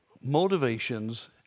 motivations